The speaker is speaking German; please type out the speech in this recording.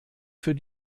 für